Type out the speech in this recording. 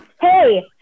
hey